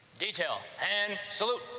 details and salute